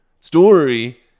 Story